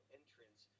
entrance